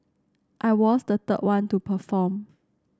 I was the third one to perform